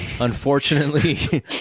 unfortunately